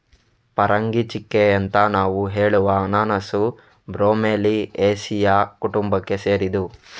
ಪರಂಗಿಚೆಕ್ಕೆ ಅಂತ ನಾವು ಹೇಳುವ ಅನನಾಸು ಬ್ರೋಮೆಲಿಯೇಸಿಯ ಕುಟುಂಬಕ್ಕೆ ಸೇರಿದ್ದು